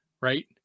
Right